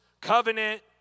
covenant